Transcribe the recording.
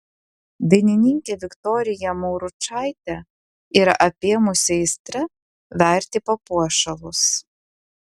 dainininkę viktoriją mauručaitę yra apėmusi aistra verti papuošalus